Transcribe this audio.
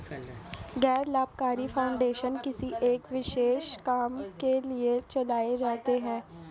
गैर लाभकारी फाउंडेशन किसी एक विशेष काम के लिए चलाए जाते हैं